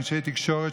אנשי תקשורת,